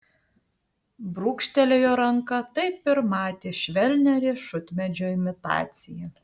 brūkštelėjo ranka taip ir matė švelnią riešutmedžio imitaciją